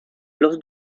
los